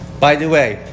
by the way,